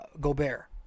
Gobert